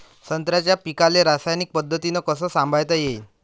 संत्र्याच्या पीकाले रासायनिक पद्धतीनं कस संभाळता येईन?